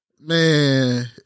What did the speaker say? Man